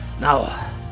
Now